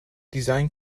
design